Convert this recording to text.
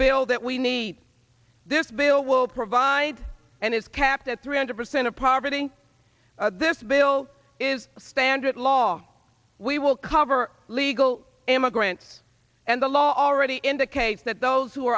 bill that we need this bill will provide and is capped at three hundred percent of poverty this bill is standard law we will cover legal immigrants and the law already indicates that those who